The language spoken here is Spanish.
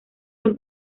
son